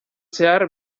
zehar